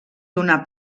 donar